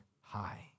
high